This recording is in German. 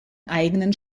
eigenen